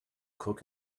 cook